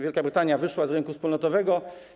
Wielka Brytania wyszła z rynku wspólnotowego.